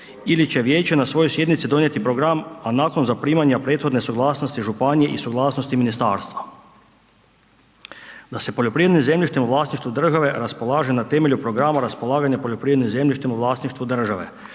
ili će vijeće na svojoj sjednici donijeti program a nakon zaprimanja prethodne suglasnosti županiji i suglasnosti ministarstva da se poljoprivredno zemljište u vlasništvu države raspolaže na temelju programa raspolaganja poljoprivrednim zemljištem u vlasništvu države.